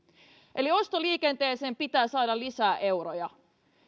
eli ostoliikenteeseen pitää saada lisää euroja